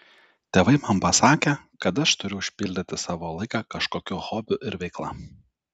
tėvai man pasakė kad aš turiu užpildyti savo laiką kažkokiu hobiu ir veikla